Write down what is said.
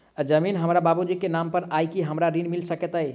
जमीन हमरा बाबूजी केँ नाम पर अई की हमरा ऋण मिल सकैत अई?